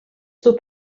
dut